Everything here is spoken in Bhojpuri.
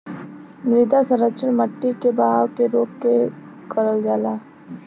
मृदा संरक्षण मट्टी के बहाव के रोक के करल जाला